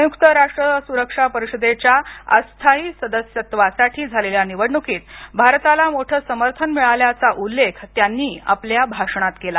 संयुक्त राष्ट्र सुरक्षा परिषदेच्या अस्थाई सदस्यत्वासाठी झालेल्या निवडणुकीत भारताला मोठं समर्थन मिळाल्याचा उल्लेख त्यांनी आपल्या भाषणात केला